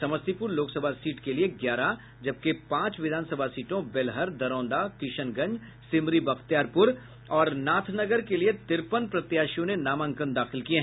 Samastipur Lok Sabha seat के लिए ग्यारह जबकि पांच विधान सीटों बेलहर दरौंदा किशनगंज सिमरी बख्तियारपुर और नाथनगर के लिए तिरपन प्रत्याशियों ने नामांकन दाखिल किये